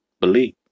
Believe